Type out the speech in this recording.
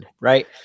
right